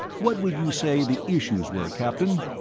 what would you say the issues were, captain?